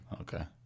okay